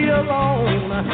alone